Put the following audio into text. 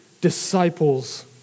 disciples